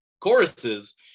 choruses